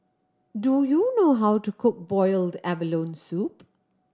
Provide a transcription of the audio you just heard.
do you know how to cook boiled abalone soup